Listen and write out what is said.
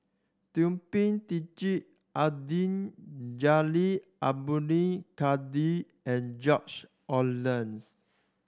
Thum Ping Tjin Abdul Jalil Abdul Kadir and George Oehlers